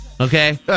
Okay